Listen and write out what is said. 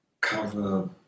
cover